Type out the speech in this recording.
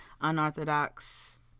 unorthodox